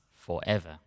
forever